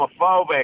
homophobic